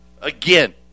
Again